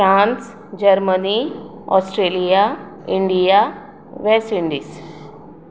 France Germany Australia India West Indies